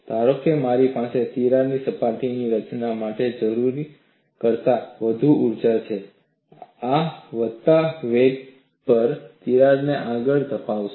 ધારો કે મારી પાસે તિરાડ સપાટીઓની રચના માટે જરૂરી કરતાં વધુ ઊર્જા છે આ વધતા વેગ પર તિરાડને આગળ ધપાવશે